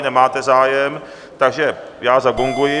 Nemáte zájem, takže já zagonguji.